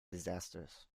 disasters